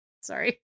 sorry